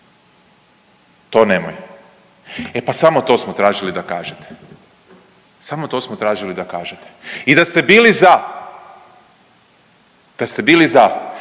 To nemoj. E pa samo to smo tražili da kažete. Samo to smo tražili da kažete. I da ste bili za, da ste bili za,